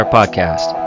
Podcast